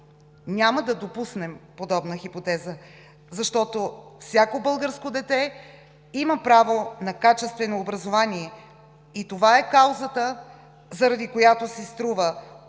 Няма да допуснем подобна хипотеза, защото всяко българско дете има право на качествено образование и това е каузата, заради която си струва